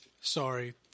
sorry